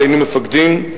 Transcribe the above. שהיינו מפקדים,